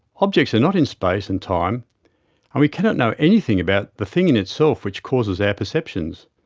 objects are not in space and time, and we cannot know anything about the thing in itself which causes our perceptions.